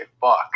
fuck